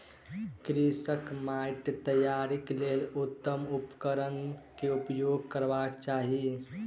कृषकक माइट तैयारीक लेल उत्तम उपकरण केउपयोग करबाक चाही